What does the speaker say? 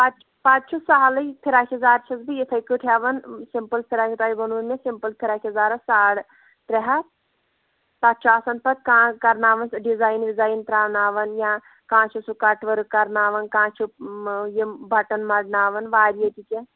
پَتہٕ پَتہٕ چھُ سَہلٕے فِراک یَزَار چھَس بہٕ یِتھَے کٔٹھۍ ہٮ۪وان سِمپٕل فِراک تۄہہِ ووٚنوُ مےٚ سِمپٕل فِراک یَزَارس ساڑٕ ترٛےٚ ہَتھ تَتھ چھُ آسان پَتہٕ کانٛہہ کرناوان ڈِزایِن وِزایِن ترٛاوناوان یا کانٛہہ چھُ سُہ کَٹ ؤرٕک کَرناوان کانٛہہ چھُ یِم بَٹَن مَڑناوان واریاہ تہِ کیٚنٛہہ